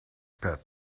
pet